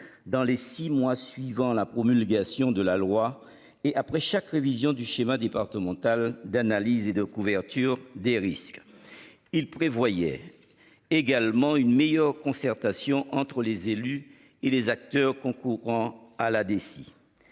dans les 6 mois suivant la promulgation de la loi et après chaque révision du schéma départemental d'analyse et de couverture des risques. Il prévoyait également une meilleure concertation entre les élus et les acteurs concourant à la DSI